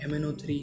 MnO3